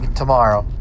tomorrow